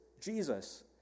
Jesus